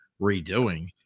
redoing